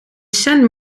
cent